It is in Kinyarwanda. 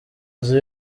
nzu